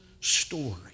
story